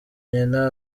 nyina